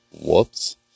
whoops